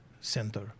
center